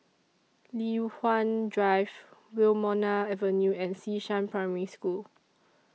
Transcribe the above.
Li Hwan Drive Wilmonar Avenue and Xishan Primary School